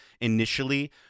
initially